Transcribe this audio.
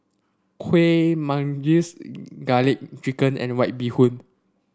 Kueh Manggis garlic chicken and White Bee Hoon